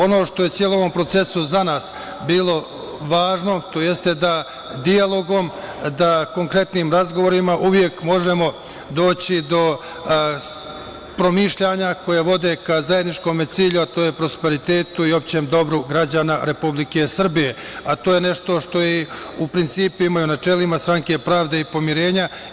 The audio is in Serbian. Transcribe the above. Ono što je u celom ovom procesu za nas bilo važno to jeste da dijalogom, da konkretnim razgovorima uvek možemo doći do promišljanja koja vode ka zajedničkom cilju, a to je prosperitetu i opštem dobru građana Republike Srbije, a to je nešto što je u principima i načelima Stranke pravde i pomirenja.